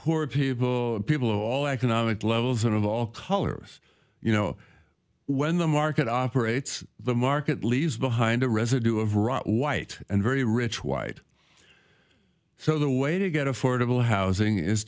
poor people and people of all economic levels and of all colors you know when the market operates the market leaves behind a residue of rot white and very rich white so the way to get affordable housing is